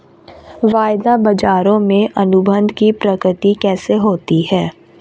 वायदा बाजारों में अनुबंध की प्रकृति कैसी होती है?